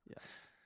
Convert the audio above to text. yes